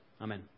Amen